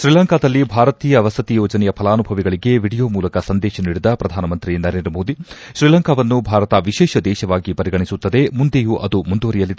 ಶ್ರೀಲಂಕಾದಲ್ಲಿ ಭಾರತೀಯ ವಸತಿ ಯೋಜನೆಯ ಫಲಾನುಭವಿಗಳಿಗೆ ವಿಡಿಯೋ ಮೂಲಕ ಸಂದೇಶ ನೀಡಿದ ಶ್ರಧಾನ ಮಂತ್ರಿ ನರೇಂದ್ರ ಮೋದಿ ಶ್ರೀಲಂಕಾವನ್ನು ಭಾರತ ವಿಶೇಷ ದೇಶವಾಗಿ ಪರಿಗಣಿಸುತ್ತದೆ ಮುಂದೆಯೂ ಅದು ಮುಂದುವರೆಯಲಿದೆ ಪ್ರಧಾನ ಮಂತ್ರಿ ನರೇಂದ್ರ ಮೋದಿ